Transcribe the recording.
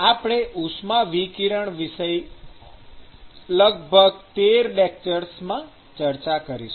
આપણે ઉષ્માવિકિરણ વિષય લગભગ ૧૩ લેક્ચર્સમાં ચર્ચા કરીશું